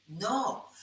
No